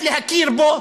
להכיר בו.